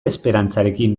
esperantzarekin